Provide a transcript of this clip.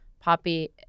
Poppy